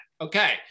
okay